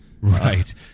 right